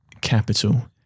capital